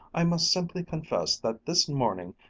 i must simply confess that this morning,